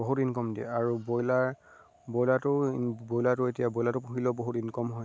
বহুত ইনকম দিয়ে আৰু বইলাৰ ব্ৰইলাৰটো বইলাৰটো এতিয়া বইলাৰটো পুহিলেও বহুত ইনকম হয়